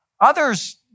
Others